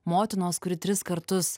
motinos kuri tris kartus